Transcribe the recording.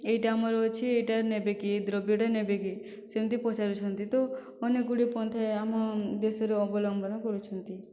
ଏହିଟା ଆମର ଅଛି ଏହିଟା ନେବେ କି ଏହି ଦ୍ରବ୍ୟଟା ନେବେ କି ସେମିତି ପଚାରୁଛନ୍ତି ତ ଅନେକ ଗୁଡ଼ିଏ ପନ୍ଥା ଏହି ଆମ ଦେଶରେ ଅବଲମ୍ବନ କରୁଛନ୍ତି